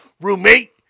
Roommate